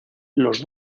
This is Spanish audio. los